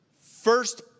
first